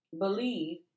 believe